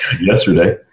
Yesterday